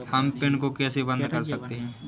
हम पिन को कैसे बंद कर सकते हैं?